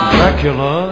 Dracula